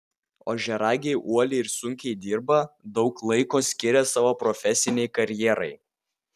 ožiaragiai uoliai ir sunkiai dirba daug laiko skiria savo profesinei karjerai